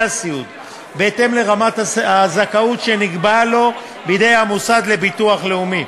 הסיעוד בהתאם לרמת הזכאות שנקבעה לו בידי המוסד לביטוח לאומי.